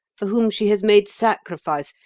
for whom she has made sacrifice,